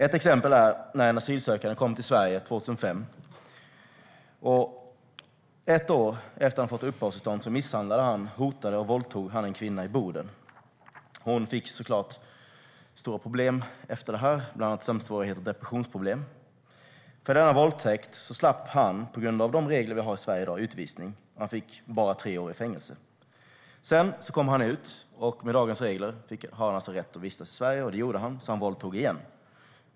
Ett exempel är när en asylsökande kom till Sverige 2005. Ett år efter att han fått uppehållstillstånd misshandlade, hotade och våldtog han en kvinna i Boden. Hon fick såklart stora problem efter detta, bland annat sömnsvårigheter och depressionsproblem. För denna våldtäkt slapp han, på grund av de regler som vi har i Sverige i dag, utvisning. Han fick bara tre år i fängelse. Sedan kom han ut, och med dagens regler hade han alltså rätt att vistas i Sverige. Det gjorde han tills han våldtog igen.